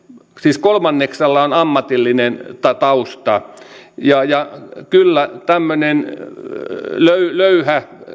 siis kolmanneksella on ammatillinen tausta ja ja kyllä tämmöinen löyhä löyhä